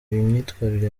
imyitwarire